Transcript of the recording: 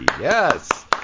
Yes